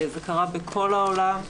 זה קרה בכל העולם.